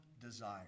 desire